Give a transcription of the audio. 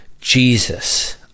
Jesus